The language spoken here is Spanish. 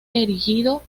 erigido